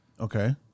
Okay